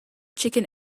chicken